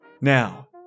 Now